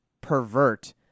pervert